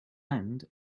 end